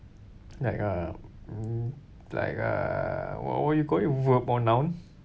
like uh like uh what what you call it verb or noun